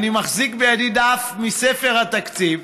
אני מחזיק בידי דף מספר התקציב,